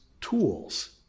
tools